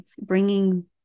bringing